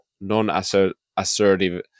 non-assertive